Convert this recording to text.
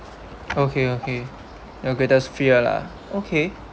okay okay your greatest fear lah okay